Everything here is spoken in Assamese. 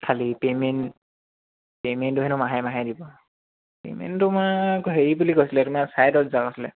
খালি পে'মেণ্ট পে'মেণ্টটো হেনো মাহে মাহে দিব পে'মেণ্ট তোমাৰ হেৰি বুলি কৈছিলে তোমাৰ চাৰে দছ হেজাৰ কৈছিলে